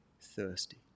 thirsty